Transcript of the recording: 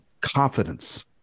confidence